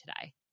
today